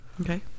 Okay